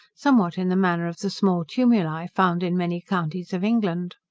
somewhat in the manner of the small tumuli, found in many counties of england.